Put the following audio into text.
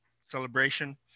celebration